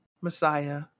Messiah